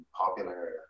popular